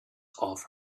off